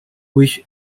which